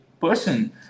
person